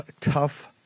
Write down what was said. tough